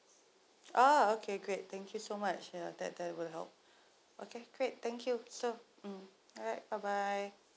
ah okay great thank you so much ya that that will help okay great thank you so mm right bye bye